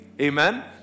Amen